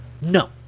No